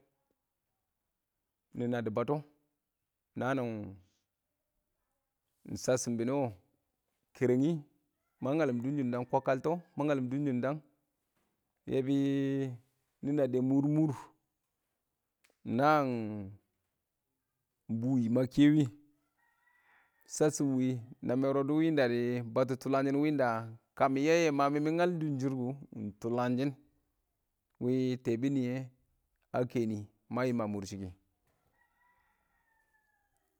Nɪ nab dɪ batɔ naan nɪn shasshɪm bɪ nɪ wɔ. Kɛrɛngɪ ma ngalɪm dʊn shɪn dang, kwakaltɔ ma ngalɪm dʊnshɪn dang bɪ nɪ nabde mʊr mʊr naan bʊyɪ, ma kɛ wɪ, shasshim ɪng wɪ namɛn roddɔ wɪ dɪ batɔ kɛ tulangshɪn wɪ ɪng da ka mɪ yɛ yɛ mɪ ngal dʊn shɪn kʊ, ɪng tʊlangshɪn wɪ tɛɛbɔn nɪyɛ a kɛnɪ ma yɪm ma a mʊr shɪ kɪ,